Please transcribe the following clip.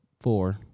four